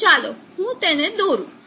તો ચાલો હું તે દોરુ